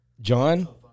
John